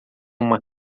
uma